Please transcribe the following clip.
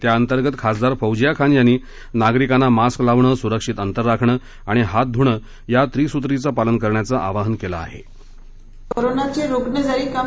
त्याअंतर्गत खासदार फौजिया खान यांनी नागरिकांना मास्क लावणं सुरक्षित अंतर राखण आणि हात धुणं या त्रिसूत्रीचं पालन करण्याचं आवाहन केलंय